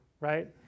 right